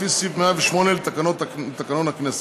לפי סעיף 108 לתקנון הכנסת.